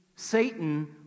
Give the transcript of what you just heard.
Satan